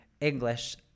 English